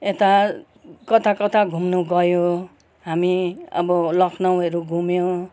यता कता कता घुम्नु गयो हामी अब लखनउहरू घुम्यो